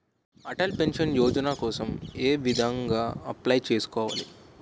Atal pension Yojana కోసం ఏ విధంగా అప్లయ్ చేసుకోవాలి?